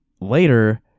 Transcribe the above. later